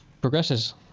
progresses